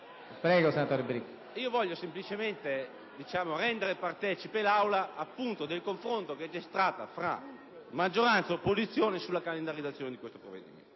colleghi. BRICOLO *(LNP)*. Voglio semplicemente rendere partecipe l'Aula del confronto che c'è stato fra maggioranza e opposizione sulla calendarizzazione di questo provvedimento.